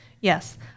Yes